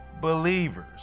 believers